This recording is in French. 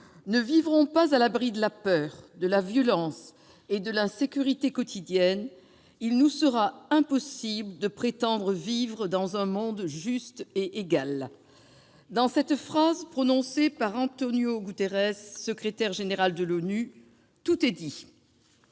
ne vivront pas à l'abri de la peur, de la violence et de l'insécurité quotidiennes, il nous sera impossible de prétendre vivre dans un monde juste et égal ». Tout est dit dans cette phrase prononcée par Antonio Guterres, secrétaire général de l'ONU. Mais il y